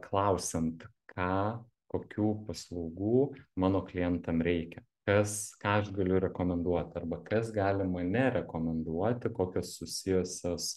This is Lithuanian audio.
klausiant ką kokių paslaugų mano klientam reikia kas ką aš galiu rekomenduot arba kas gali mane rekomenduoti kokios susijusios